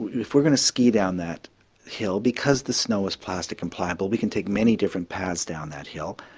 if we're going to ski down that hill because the snow is plastic and pliable we can take many different paths down that hill,